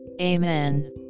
Amen